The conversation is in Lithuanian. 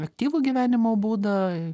aktyvų gyvenimo būdą